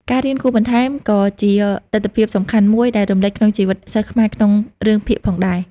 ការរៀនគួរបន្ថែម ក៏ជាទិដ្ឋភាពសំខាន់មួយដែលរំលេចក្នុងជីវិតសិស្សខ្មែរក្នុងរឿងភាគផងដែរ។